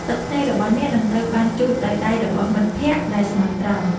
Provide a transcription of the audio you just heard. ទឹកភ្នែករបស់អ្នក នឹងត្រូវបានជូតដោយដៃរបស់មិត្តភក្តិដែលស្មោះត្រង់។